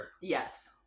Yes